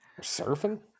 surfing